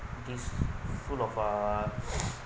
these food of uh